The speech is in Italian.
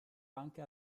anche